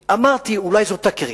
שאמרתי: אולי זו תקרית.